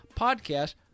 podcast